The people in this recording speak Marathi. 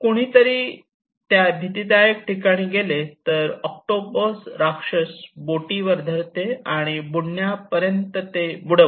कुणीतरी त्या भितीदायक ठिकाणी गेले तर ऑक्टोपस राक्षस बोटीवर धरते आणि बुडण्यापर्यंत ते बुडते